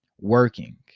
Working